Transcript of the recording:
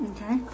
Okay